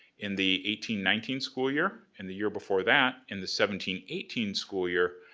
in the eighteen, nineteen school year. and the year before that, in the seventeen, eighteen school year,